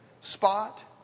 spot